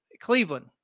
Cleveland